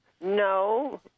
No